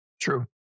True